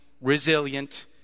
resilient